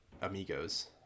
amigos